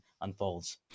unfolds